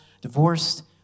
divorced